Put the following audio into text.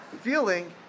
feeling